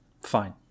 Fine